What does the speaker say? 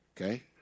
Okay